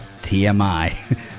TMI